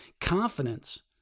confidence